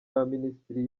y‟abaminisitiri